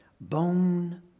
bone